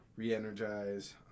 re-energize